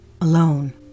alone